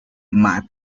mad